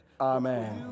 Amen